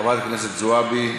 חברת הכנסת זועבי.